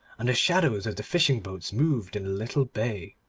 and the shadows of the fishing-boats moved in the little bay.